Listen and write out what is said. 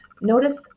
notice